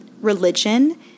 religion